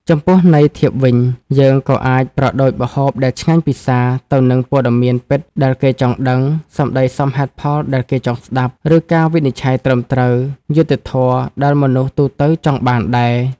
ចំពោះន័យធៀបវិញ យើងក៏អាចប្រដូចម្ហូបដែលឆ្ងាញ់ពិសា ទៅនឹងព័ត៌មានពិតដែលគេចង់ដឹង សម្ដីសមហេតុដែលគេចង់ស្ដាប់ ឬការវិនិច្ឆ័យត្រឹមត្រូវ យុត្តិធម៌ដែលមនុស្សទូទៅចង់បានដែរ។